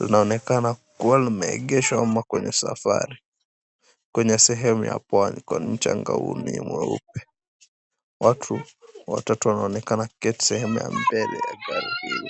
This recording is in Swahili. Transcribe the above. linaonekana kuwa limeegeshwa ama kwenye safari kwenye sehemu ya Pwani kwani mchanga huu ni mweupe. Watu watatu wanaonekana kuketi sehemu ya mbele ya gari hilo.